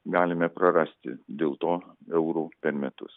galime prarasti dėl to eurų per metus